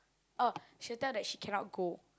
oh she will tell that she cannot go